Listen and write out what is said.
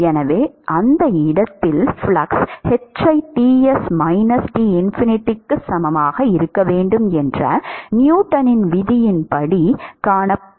எனவே அந்த இடத்திலுள்ள ஃப்ளக்ஸ் h ஐ Ts - T டின்ஃபினிட்டிக்கு சமமாக இருக்க வேண்டும் என்ற நியூட்டனின் விதியின்படி காணலாம்